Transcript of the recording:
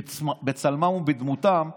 הוא בצלמם ובדמותם: